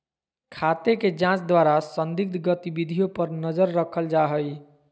खाते के जांच द्वारा संदिग्ध गतिविधियों पर नजर रखल जा हइ